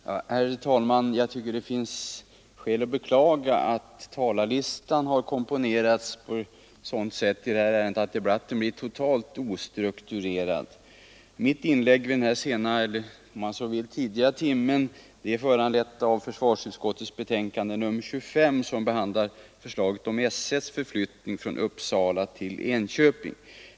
Herr talman! Jag tycker att det finns skäl att beklaga att talarlistan har komponerats på ett sådant sätt i det här ärendet att debatten blir totalt ostrukturerad. Mitt inlägg vid den här sena — eller om man så vill tidiga — timmen är föranlett av den del av försvarsutskottets betänkande nr 25 som behandlar förslaget om S 1:s förflyttning från Uppsala till Enköping.